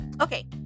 okay